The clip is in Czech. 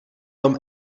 tom